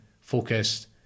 focused